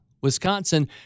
Wisconsin